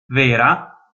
vera